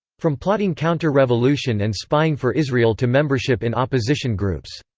from plotting counter-revolution and spying for israel to membership in opposition groups.